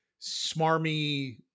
smarmy